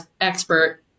expert